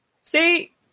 See